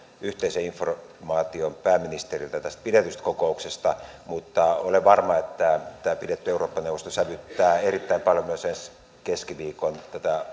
yhteisen informaation pääministeriltä tästä pidetystä kokouksesta mutta olen varma että tämä pidetty eurooppa neuvosto sävyttää erittäin paljon myös ensi keskiviikon